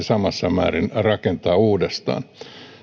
samassa määrin uudestaan